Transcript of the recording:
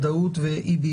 למצב וזה,